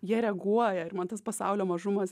jie reaguoja ir man tas pasaulio mažumas